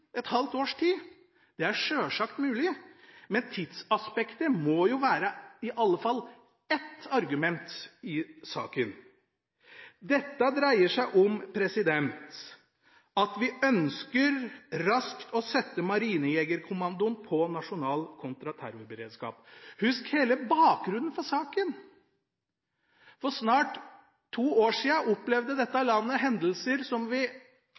et halvt års tid. Det er selvsagt mulig, men tidsaspektet må i alle fall være ett argument i saken. Dette dreier seg om at vi ønsker raskt å sette Marinejegerkommandoen på nasjonal kontraterrorberedskap. Husk hele bakgrunnen for saken: For snart to år siden opplevde dette landet hendelser som vi